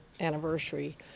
anniversary